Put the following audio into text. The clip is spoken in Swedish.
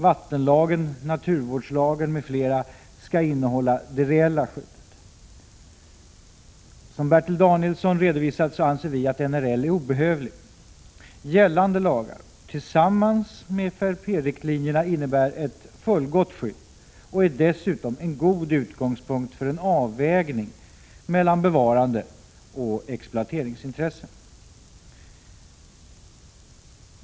Vattenlagen och naturvårdslagen t.ex. skall innehålla det reella skyddet. Som Bertil Danielsson redovisat anser vi att NRL är obehövlig. Gällande lagar utgör, tillsammans med FRP-riktlinjerna, ett fullgott skydd och är dessutom en god utgångspunkt för en avvägning mellan bevarandeoch exploateringsintressen.